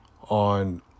on